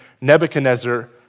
Nebuchadnezzar